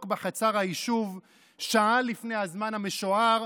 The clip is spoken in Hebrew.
בחצר היישוב שעה לפני הזמן המשוער,